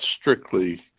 strictly